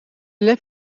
led